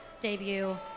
Debut